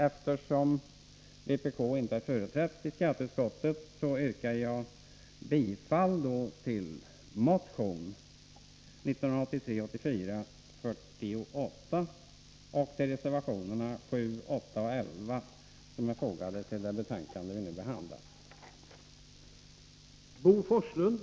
Eftersom vpk inte är företrätt i skatteutskottet, yrkar jag bifall till motion 1983/84:48 och reservationerna 7, 8 och 11, som är fogade till det betänkande som vi nu behandlar.